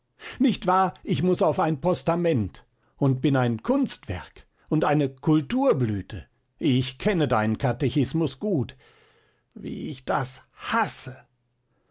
nicht wahr ich muß auf ein postament und bin ein kunstwerk und eine kulturblüte ich kenne deinen katechismus gut wie ich das hasse